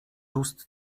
ust